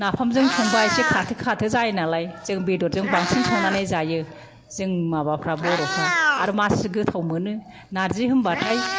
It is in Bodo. नाफामजों संबा एसे खाथो खाथो जायो नालाय जों बेदरजों बांसिन संनानै जायो जों माबाफ्रा बर'फ्रा आरो मासि गोथाव मोनो नार्जि होनबाथाय